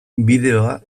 bideoa